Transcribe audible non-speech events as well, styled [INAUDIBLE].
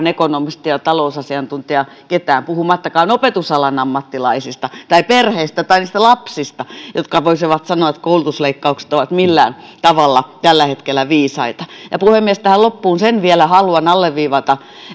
[UNINTELLIGIBLE] ekonomistia tai talousasiantuntijaa puhumattakaan opetusalan ammattilaisista tai perheistä tai lapsista jotka voisivat sanoa että koulutusleikkaukset ovat millään tavalla tällä hetkellä viisaita puhemies tähän loppuun sen vielä haluan alleviivata